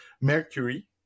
Mercury